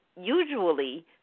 usually